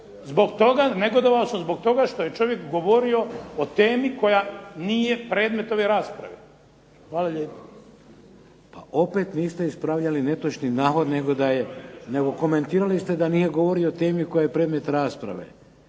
zbog toga, negodovao sam zbog toga što je čovjek govorio o temi koja nije predmet ove rasprave. Hvala lijepo. **Šeks, Vladimir (HDZ)** Pa opet niste ispravljali netočni navod nego da je, nego komentirali ste da nije govorio o temi koja je predmet rasprave.